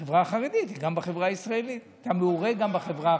החברה החרדית גם היא בחברה הישראלית.